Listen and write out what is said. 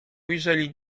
ujrzeli